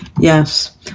yes